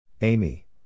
Amy